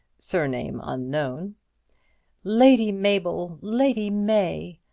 surname unknown lady mable, lady may,